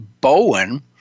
Bowen